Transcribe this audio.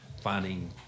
finding